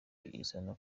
iza